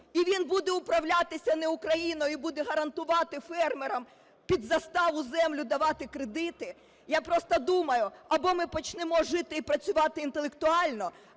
і він буде управлятися не Україною і буде гарантувати фермерам під заставу землю давати кредити. Я просто думаю, або ми почнемо жити і працювати інтелектуально,